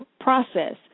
process